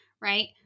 right